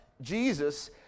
Jesus